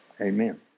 Amen